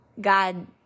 God